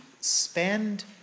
spend